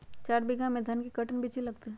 चार बीघा में धन के कर्टन बिच्ची लगतै?